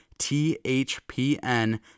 THPN